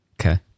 Okay